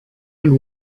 and